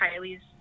kylie's